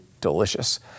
Delicious